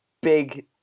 big